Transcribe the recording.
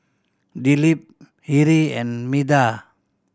Dilip Hri and Medha